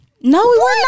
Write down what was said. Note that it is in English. No